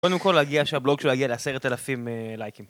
קודם כל, להגיע, שהבלוג שלו יגיע לעשרת אלפים לייקים.